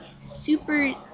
super